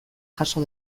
jaso